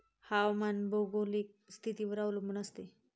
हवामान भौगोलिक स्थितीवर अवलंबून असते